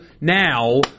now